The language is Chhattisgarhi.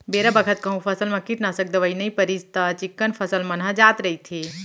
बेरा बखत कहूँ फसल म कीटनासक दवई नइ परिस त चिक्कन फसल मन ह जात रइथे